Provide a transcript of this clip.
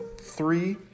three